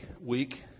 week